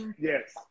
Yes